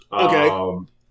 Okay